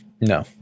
No